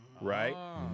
Right